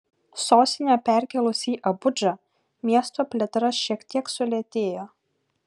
sostinę perkėlus į abudžą miesto plėtra šiek tiek sulėtėjo